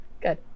Good